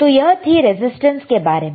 तो यह थी रेसिस्टेंस के बारे में